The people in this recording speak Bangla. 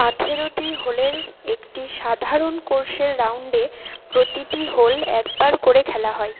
আঠেরোটি হোলের একটি সাধারণ কোর্সের রাউণ্ডে প্রতিটি হোল একবার করে খেলা হয়